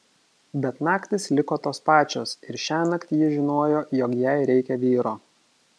bet naktys liko tos pačios ir šiąnakt ji žinojo jog jai reikia vyro